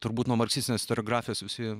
turbūt nuo marksistinės istoriografijos visi